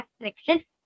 restrictions